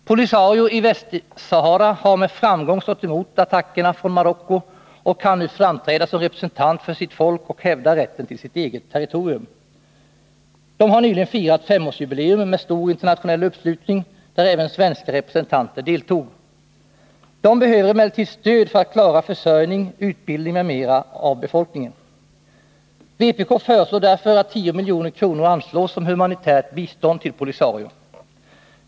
Polisario i Västra Sahara har med framgång stått emot attackerna från Marocko och kan nu framträda som representant för sitt folk och hävda rätten till eget territorium. Den har nyligen firat femårsjubileum med stor internationell uppslutning, där även svenska representanter deltog. Den behöver emellertid stöd för att klara försörjning, utbildning m.m. av befolkningen. Vpk föreslår därför att 10 milj.kr. anslås som humanitärt bistånd till Polisario.